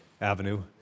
avenue